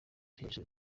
igisubizo